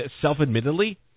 self-admittedly